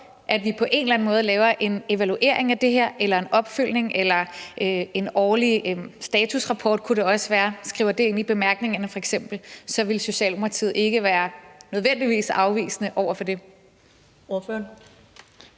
at vi på en eller anden måde laver en evaluering af eller en opfølgning på det her, eller en årlig statusrapport kunne det også være, altså f.eks. skriver det ind i bemærkningerne, ville Socialdemokratiet ikke nødvendigvis være afvisende over for det.